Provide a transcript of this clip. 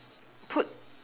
put